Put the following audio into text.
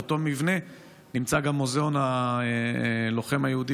באותו מבנה נמצא גם מוזיאון הלוחם היהודי